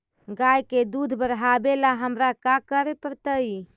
गाय के दुध बढ़ावेला हमरा का करे पड़तई?